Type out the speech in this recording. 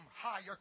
higher